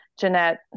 Jeanette